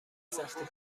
سختی